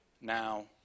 Now